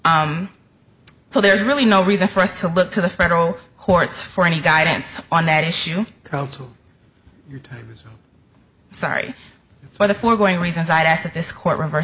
so there's really no reason for us to look to the federal courts for any guidance on that issue sorry for the foregoing reasons i asked this court reverse